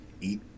eat